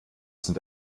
sind